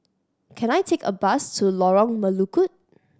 can I take a bus to Lorong Melukut